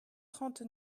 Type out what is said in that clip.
trente